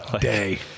day